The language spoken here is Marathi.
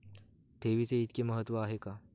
ठेवीचे इतके महत्व का आहे?